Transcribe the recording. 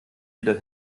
wieder